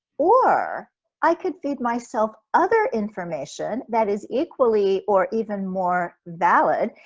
or i could feed myself other information that is equally or even more valid,